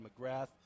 McGrath